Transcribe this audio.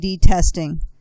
testing